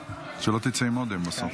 שלא תצא עם אודם בסוף.